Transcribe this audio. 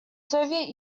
soviet